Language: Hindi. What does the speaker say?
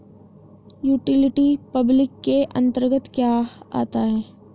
यूटिलिटी पब्लिक के अंतर्गत क्या आता है?